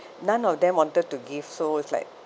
none of them wanted to give so it's like